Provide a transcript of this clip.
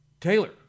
Taylor